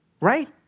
Right